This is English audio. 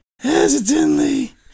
hesitantly